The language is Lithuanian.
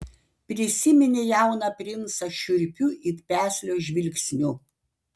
prisiminė jauną princą šiurpiu it peslio žvilgsniu